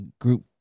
group